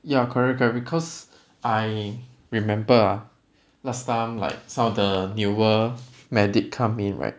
ya correct correct because I remember ah last time like some of the newer medic come in right